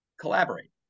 collaborate